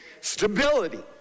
stability